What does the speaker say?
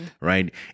right